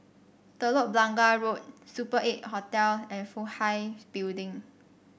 Telok Blangah Road Super Eight Hotel and Fook Hai Building